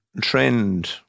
trend